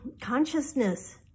consciousness